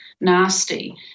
Nasty